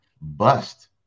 bust